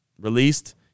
released